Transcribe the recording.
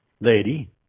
lady